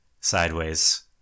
sideways